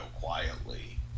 quietly